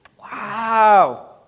Wow